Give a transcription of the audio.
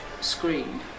screen